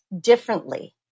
differently